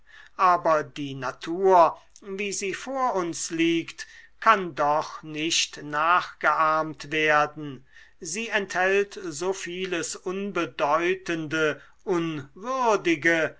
aber die natur wie sie vor uns liegt kann doch nicht nachgeahmt werden sie enthält so vieles unbedeutende unwürdige